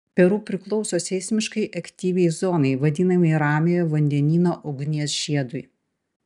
peru priklauso seismiškai aktyviai zonai vadinamai ramiojo vandenyno ugnies žiedui